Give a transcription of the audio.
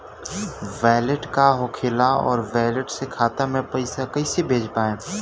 Wallet का होखेला और वैलेट से खाता मे पईसा कइसे भेज पाएम?